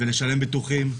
ולשלם ביטוחים,